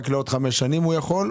רק לעוד חמש שנים הוא יכול?